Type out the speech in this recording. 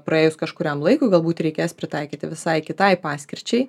praėjus kažkuriam laikui galbūt reikės pritaikyti visai kitai paskirčiai